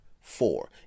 four